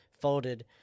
folded